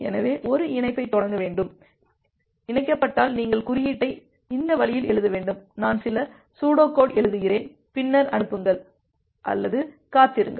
எனவே ஒரு இணைப்பைத் தொடங்க வேண்டும் இணைக்கப்பட்டால் நீங்கள் குறியீட்டை இந்த வழியில் எழுத வேண்டும் நான் சில சுடோகோடு எழுதுகிறேன் பின்னர் அனுப்புங்கள் அல்லது காத்திருங்கள்